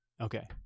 Okay